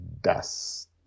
Dust